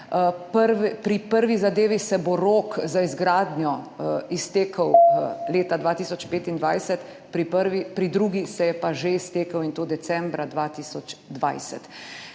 Pri prvi zadevi se bo rok za izgradnjo iztekel leta 2025, pri drugi se je pa že iztekel, in to decembra 2020.